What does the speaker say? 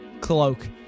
cloak